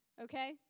Okay